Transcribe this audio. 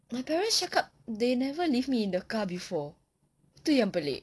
my parents cakap they never leave me in the car before itu yang pelik